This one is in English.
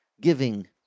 giving